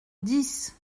dix